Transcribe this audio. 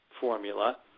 Formula